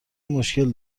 مشکل